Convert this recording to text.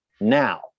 now